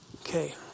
Okay